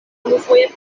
unufoje